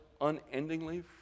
unendingly